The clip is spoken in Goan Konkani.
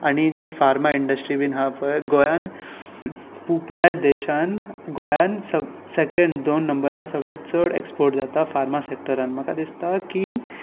आनी जी फार्मा इंडस्ट्री बी आसा पळय गोंयान पुराय देशान गोंयान से सेकँड दोन नंबरार सगल्यांत चड एक्सपोट जाता फार्मा सेक्टरान म्हाका दिसता की